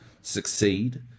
succeed